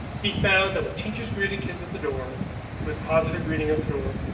he found that when teachers greeted kids at the door with positive greeting at the door,